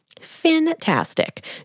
Fantastic